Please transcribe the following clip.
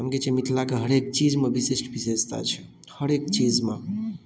हम कहै छियै मिथिलाके हरेक चीजमे विशिष्ट विशेषता छै हरेक चीजमे